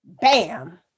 bam